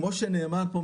כמו שנאמר פה,